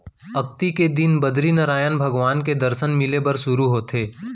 अक्ती के दिन ले बदरीनरायन भगवान के दरसन मिले बर सुरू होथे